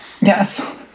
yes